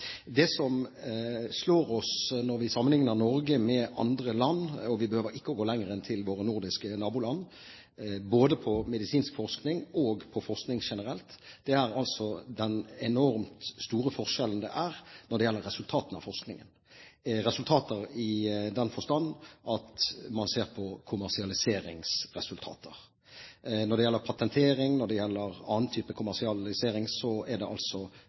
Det som slår oss når vi sammenligner Norge med andre land – og vi behøver ikke å gå lenger enn til våre nordiske naboland – både på medisinsk forskning og på forskning generelt, er den enormt store forskjellen når det gjelder resultatene av forskningen, i den forstand at man ser på kommersialiseringsresultatene. Når det gjelder patentering, og når det gjelder annen type kommersialisering, ligger altså